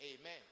Amen